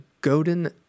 Godin